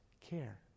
care